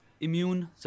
immune